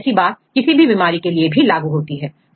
तो ऐसी बात किसी भी बीमारी के लिए लागू होती है